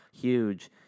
huge